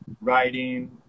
writing